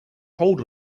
hold